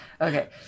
okay